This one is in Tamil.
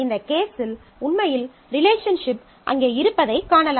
இந்த கேசில் உண்மையில் ரிலேஷன்ஷிப் அங்கே இருப்பதைக் காணலாம்